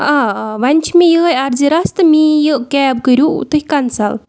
آ آ وۄنۍ چھِ مےٚ یِہٕے عرضِ رَژھ تہٕ میٛٲنۍ یہِ کیب کٔرِو تُہۍ کَنسَل